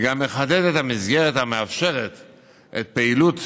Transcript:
וגם מחדד את המסגרת המאפשרת את פעילות